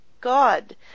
God